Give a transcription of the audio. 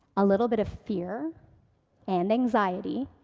a little bit of fear and anxiety,